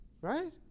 Right